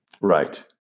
Right